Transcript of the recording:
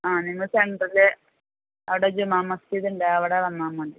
ആ നിങ്ങൾ സെൻട്രൽ അവിടെ ജുമാ മസ്ജിദില്ലേ അവിടെ വന്നാൽ മതി